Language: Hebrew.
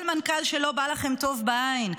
כל מנכ"ל שלא בא לכם טוב בעין,